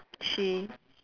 she